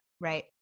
Right